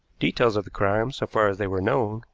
details of the crime, so far as they were known,